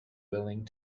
willing